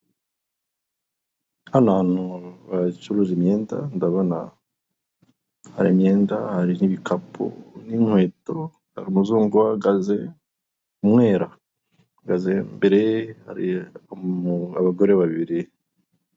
Hano hantu bacuruza imyenda, ndabona hari imyenda hari n'ibikapu n'inkweto, hari umuzungu uhagaze umwera, ahagaze imbere ye hari abagore babiri.